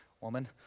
woman